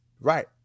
right